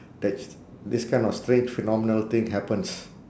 that this kind of strange phenomenal thing happens